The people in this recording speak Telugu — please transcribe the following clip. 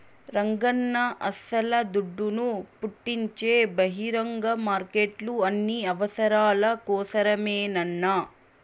రంగన్నా అస్సల దుడ్డును పుట్టించే బహిరంగ మార్కెట్లు అన్ని అవసరాల కోసరమేనన్నా